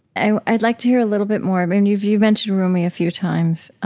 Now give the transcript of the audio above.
i'd like to hear a little bit more you've you've mentioned rumi a few times.